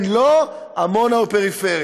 כן, לא, עמונה או פריפריה.